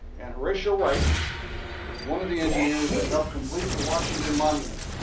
and horatio wright was one of the engineers that help complete the washington monument.